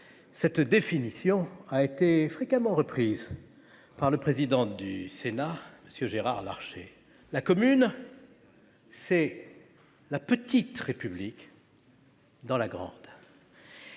cette définition a été fréquemment reprise par le président du Sénat, Gérard Larcher : la commune, c'est la « petite République dans la grande